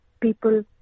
people